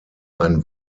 ein